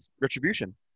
retribution